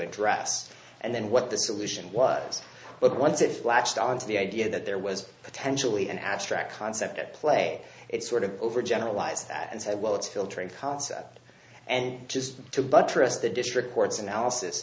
address and then what the solution was but once it latched onto the idea that there was potentially an abstract concept at play it sort of overgeneralized that and said well it's filtering concept and just to buttress the district court's analysis